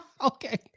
Okay